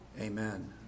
Amen